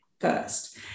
first